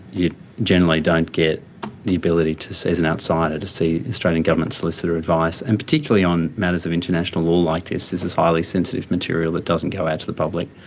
you generally don't get the ability to see, as an outsider, to see australian government solicitor advice and particularly on matters of international law like this, this is highly sensitive material that doesn't go out to the public.